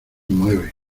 mueve